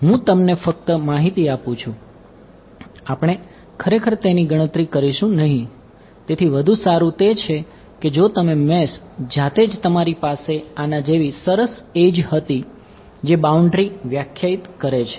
હવે આપણે બાઉન્ડ્રી વ્યાખ્યાયિત કરે છે